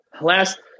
last